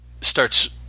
starts